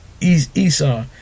Esau